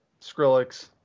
Skrillex